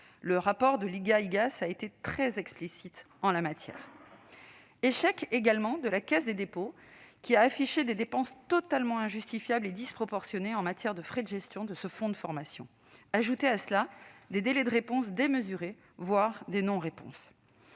Le rapport de l'IGA et de l'IGAS a été très explicite en la matière. Échec également de la Caisse des dépôts et consignations, qui a affiché des dépenses totalement injustifiables et disproportionnées en matière de frais de gestion du fonds de formation, auxquelles s'ajoutent des délais de réponse démesurés, voire des non-réponses.